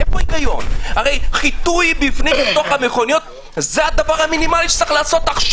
הרי חיטוי בתוך המכוניות זה הדבר המינימלי שצריך לעשות עכשיו.